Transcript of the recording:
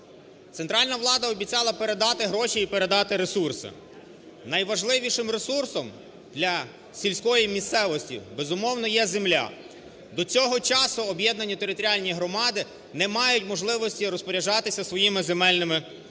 Центральна влада обіцяла передати гроші і передати ресурси. Найважливішим ресурсом для сільської місцевості, безумовно, є земля. До цього часу об'єднані територіальні громади не мають можливості розпоряджатися своїми земельними ресурсами.